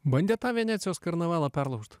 bandėt tą venecijos karnavalą perlaužt